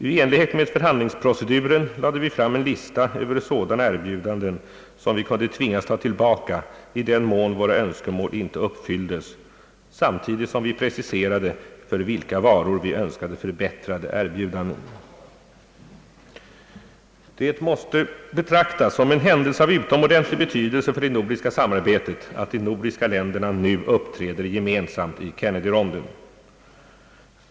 I enlighet med förhandlingsproceduren lade vi fram en lista över sådana erbjudanden som vi kunde tvingas ta tillbaka i den mån våra Önskemål inte uppfylldes samtidigt som vi preciserade för vilka varor vi önskade förbättrade erbjudanden. Det måste betraktas som en händelse av utomordentlig betydelse för det nordiska samarbetet att de nordiska länderna nu uppträder gemensamt i Kennedyronden.